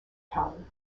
time